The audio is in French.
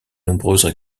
nombreuses